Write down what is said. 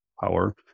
power